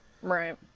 Right